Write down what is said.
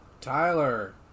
Tyler